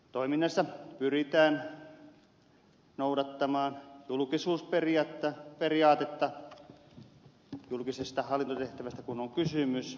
toiminnassa pyritään noudattamaan julkisuusperiaatetta julkisesta hallintotehtävästä kun on kysymys